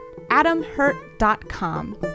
adamhurt.com